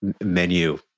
menu